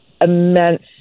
immense